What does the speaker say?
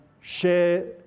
share